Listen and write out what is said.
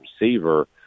receiver